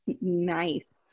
nice